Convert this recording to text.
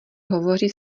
hovoří